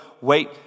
Wait